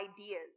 ideas